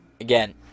Again